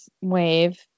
wave